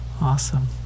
awesome